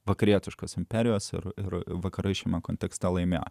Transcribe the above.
vakarietiškas imperijos ir ir vakarai šiame kontekste laimi